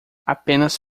apenas